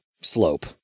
slope